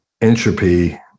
entropy